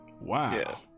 Wow